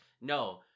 no